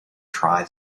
try